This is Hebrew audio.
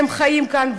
הם חיים כאן,